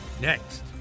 next